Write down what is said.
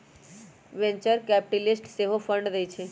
venture capitalist सेहो fund देइ छइ